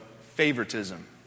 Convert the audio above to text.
favoritism